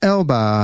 Elba